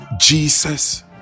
jesus